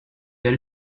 that